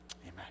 Amen